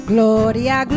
Gloria